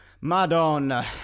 Madonna